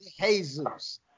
jesus